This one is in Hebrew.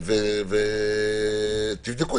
ותבדקו.